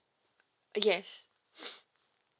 yes